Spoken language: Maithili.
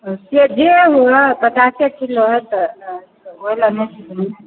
से जे हुअए पचासे किलो हैत तऽ ओहि लए नहि छै कोनो